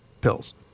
pills